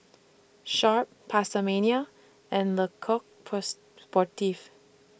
Sharp PastaMania and Le Coq Sportif